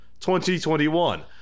2021